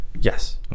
Yes